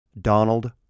Donald